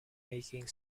making